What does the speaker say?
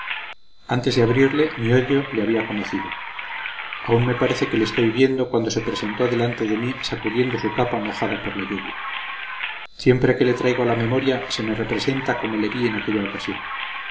antes de abrirle mi odio le había conocido aún me parece que le estoy viendo cuando se presentó delante de mí sacudiendo su capa mojada por la lluvia siempre que le traigo a la memoria se me representa como le vi en aquella ocasión